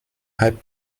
hype